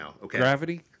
gravity